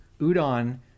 Udon